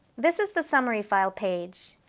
this is the summary file page.